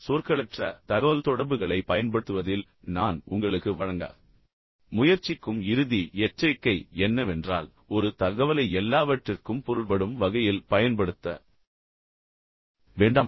எனவே சொற்களற்ற தகவல்தொடர்புகளைப் பயன்படுத்துவதில் நான் உங்களுக்கு வழங்க முயற்சிக்கும் இறுதி எச்சரிக்கை என்னவென்றால் முக்கிய விஷயம் என்னவென்றால் ஒரு தகவலை எல்லாவற்றிற்கும் பொருள்படும் வகையில் பயன்படுத்த வேண்டாம்